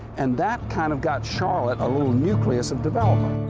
and that kind of got charlotte a little nucleus of development.